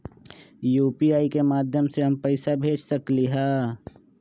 UPI के माध्यम से हम पैसा भेज सकलियै ह?